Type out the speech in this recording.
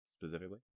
specifically